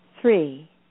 three